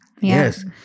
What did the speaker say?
Yes